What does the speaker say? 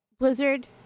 Blizzard